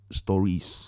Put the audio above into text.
stories